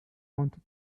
wanted